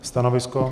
Stanovisko?